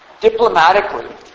Diplomatically